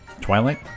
Twilight